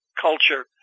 culture